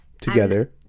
Together